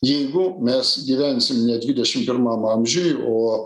jeigu mes gyvensim ne dvidešim pirmam amžiuj o